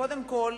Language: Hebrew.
קודם כול,